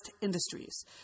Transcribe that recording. Industries